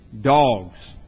dogs